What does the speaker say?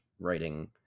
writing